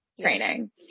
training